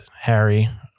Harry